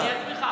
אני אסביר לך,